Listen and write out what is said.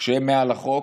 כמי שהם מעל החוק.